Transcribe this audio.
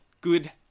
good